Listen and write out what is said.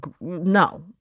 No